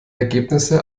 ergebnisse